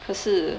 可是